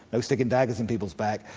no sticking daggers in people's back,